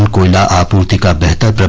um corner kick up the